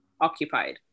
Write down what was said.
occupied